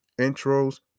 intros